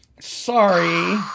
Sorry